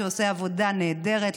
שעושה עבודה נהדרת,